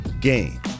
game